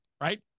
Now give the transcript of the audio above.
right